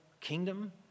kingdom